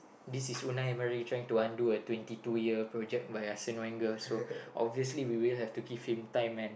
this is Unai-Emery trying to undo a twenty two year project by Arsene-Wenger so obviously we will have to give him time man